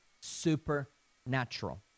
supernatural